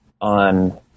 on